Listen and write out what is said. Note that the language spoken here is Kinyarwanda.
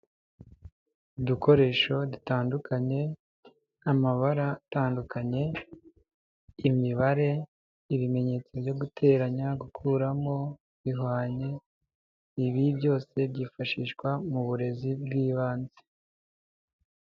Udukoresho dutandukanye n'amabara atandukanye, imibare, ibimenyetso byo guteranya, gukuramo, bihwanye, ibi byose byifashishwa mu burezi bw'ibanze.